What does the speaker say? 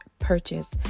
Purchase